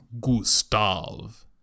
Gustav